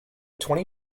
twenty